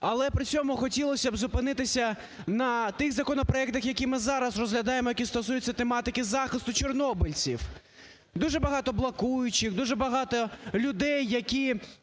Але при цьому хотілось би зупинитися на тих законопроектах, які ми зараз розглядаємо, які стосуються тематики захисту чорнобильців. Дуже багато блокуючих, дуже багато людей, які